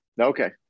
Okay